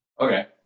okay